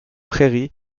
prairies